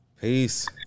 Peace